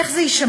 איך זה יישמע?